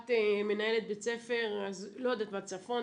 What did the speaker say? את מנהלת בית ספר, לא יודעת, מהצפון,